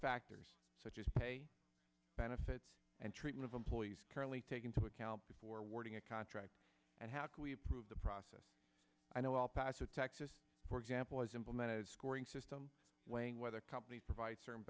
factors such as pay benefits and treatment of employees currently take into account before warding a contract and how can we improve the process i know all paso texas for example has implemented scoring system weighing whether companies provide certain